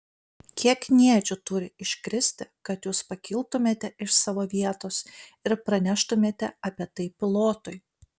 kiek kniedžių turi iškristi kad jūs pakiltumėte iš savo vietos ir praneštumėte apie tai pilotui